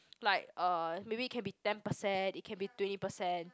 like uh maybe it can be ten precent it can be twenty percent